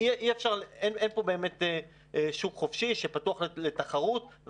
אין פה באמת שוק חופשי שפתוח לתחרות.